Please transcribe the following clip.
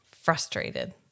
frustrated